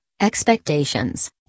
expectations